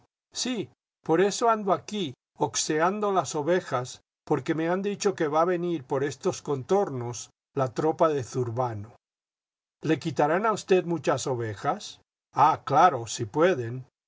sí por eso ando aquí oxeando las ovejas porque me han dicho que va a venir por estos contornos la tropa de zurbano ile quitarán a usted muchas ovejas jah claro si pueden